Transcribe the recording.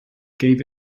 gave